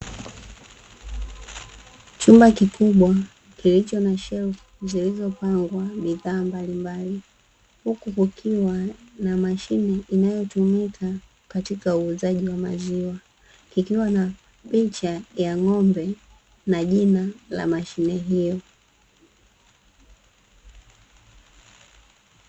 Chumba kikubwa kilicho na shelfu ziliizopangwa bidhaa mbalimbali, huku kukiwa mashine inayotumika katika uuzaji wa maziwa, ikiwa na picha ya ng'ome na jina la mashine hiyo.